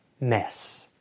mess